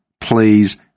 please